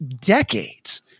decades